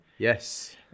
Yes